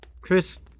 Chris